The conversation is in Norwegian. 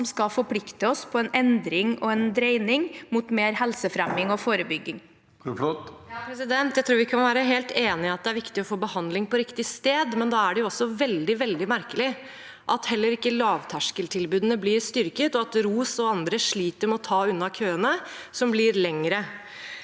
som skal forplikte oss på en endring og en dreining mot mer helsefremming og forebygging. Sandra Bruflot (H) Jeg tror vi kan være helt enige om at det er viktig å få behandling på riktig sted, men da er det også veldig, veldig merkelig at heller ikke lavterskeltilbudene blir styrket, og at ROS og andre sliter med å ta unna køene, som blir lengre.